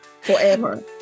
forever